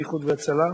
הממשלה,